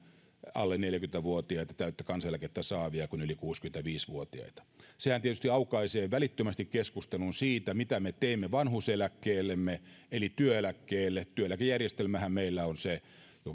alle neljäkymmentä vuotiaita täyttä kansaneläkettä saavia kuin yli kuusikymmentäviisi vuotiaita sehän tietysti aukaisee välittömästi keskustelun siitä mitä me teemme vanhuuseläkkeellemme eli työeläkkeelle työeläkejärjestelmähän meillä on se